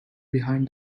behind